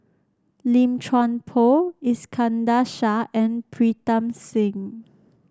Lim Chuan Poh Iskandar Shah and Pritam Singh